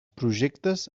projectes